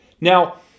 now